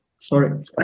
Sorry